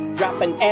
dropping